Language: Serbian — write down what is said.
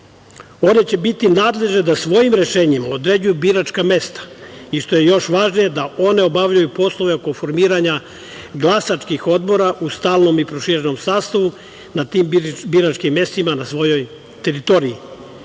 One će biti nadležne da svojim rešenjima određuju biračka mesta i što je još važnije, da one obavljaju poslove oko formiranja glasačkih odbora u stalnom i proširenom sastavu na tim biračkim mestima na svojoj teritoriji,